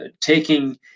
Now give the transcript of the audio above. taking